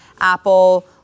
Apple